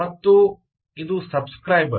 ಮತ್ತು ಇದು ಸಬ್ ಸ್ಕ್ರೈಬರ್